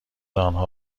آنها